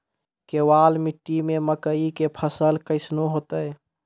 केवाल मिट्टी मे मकई के फ़सल कैसनौ होईतै?